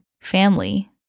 family